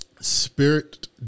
spirit